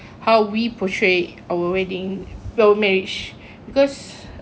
how we portray our wedding our marriage because